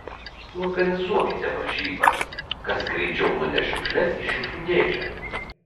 suorganizuokite varžybas kas greičiau nuneš šiukšles į šiukšlių dėžę